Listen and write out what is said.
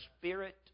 Spirit